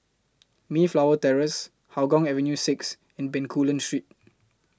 Mayflower Terrace Hougang Avenue six and Bencoolen Street